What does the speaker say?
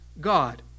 God